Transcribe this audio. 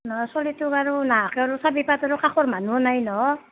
ন'হ চ'লিটুক আৰু নহাকৈ আৰু চাবিপাত আৰু কাষৰ মানুহো নাই ন'হ